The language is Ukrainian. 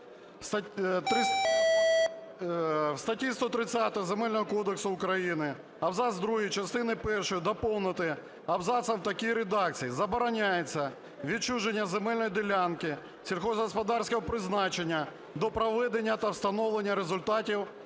В статті 130 Земельного кодексу України абзаці другий частини першої доповнити абзацом в такій редакції: "Забороняється відчуження земельної ділянки сільськогосподарського призначення до проведення та встановлення результатів